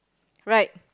right